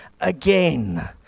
again